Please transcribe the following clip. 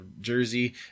jersey